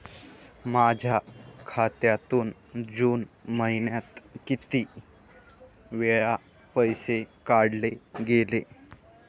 माझ्या खात्यातून जून महिन्यात किती वेळा पैसे काढले गेले?